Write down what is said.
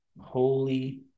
holy